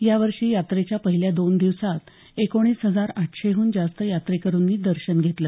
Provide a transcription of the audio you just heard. यावर्षी यात्रेच्या पहिल्या दोन दिवसात एकोणीस हजार आठशेहून जास्त यात्रेकरूंनी दर्शन घेतलं